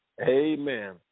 Amen